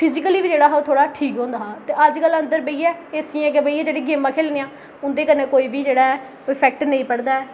physical बी जेह्ड़ा हा ओह् थोड़ा ठीक होंदा हा ते अजकल अंदर बेहियै ऐ सी जेह्डा उं'दे कन्नै कोई बी जेह्ड़ा ऐ एफैक्ट नेई पोंदा ऐ